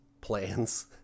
plans